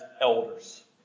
elders